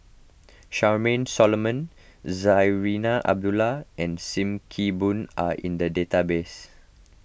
Charmaine Solomon Zarinah Abdullah and Sim Kee Boon are in the database